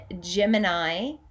Gemini